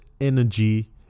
energy